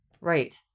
Right